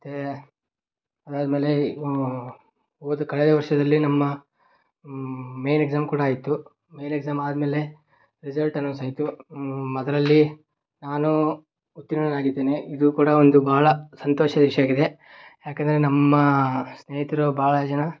ಮತ್ತೆ ಅದಾದಮೇಲೆ ಓದು ಕಳೆದ ವರ್ಷದಲ್ಲಿ ನಮ್ಮ ಮೇಯ್ನ್ ಎಕ್ಸಾಮ್ ಕೂಡ ಆಯಿತು ಮೇಯ್ನ್ ಎಕ್ಸಾಮ್ ಆದಮೇಲೆ ರಿಸಲ್ಟ್ ಅನೌನ್ಸ್ ಆಯಿತು ಅದರಲ್ಲಿ ನಾನು ಉತ್ತೀರ್ಣನಾಗಿದ್ದೇನೆ ಇದು ಕೂಡ ಒಂದು ಭಾಳ ಸಂತೋಷದ ವಿಷಯ ಆಗಿದೆ ಯಾಕೆಂದರೆ ನಮ್ಮ ಸ್ನೇಹಿತರು ಭಾಳ ಜನ